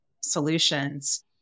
solutions